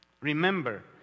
Remember